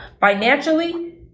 Financially